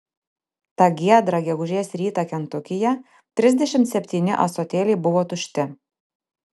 tą giedrą gegužės rytą kentukyje trisdešimt septyni ąsotėliai buvo tušti